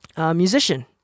musician